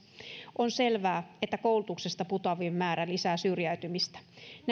on selvää että koulutuksesta putoavien määrä lisää syrjäytymistä